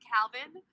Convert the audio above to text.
Calvin